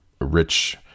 rich